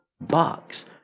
box